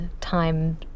time